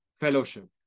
Fellowship